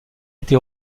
été